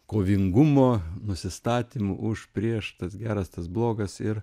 kovingumo nusistatymų už prieš tas geras tas blogas ir